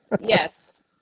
yes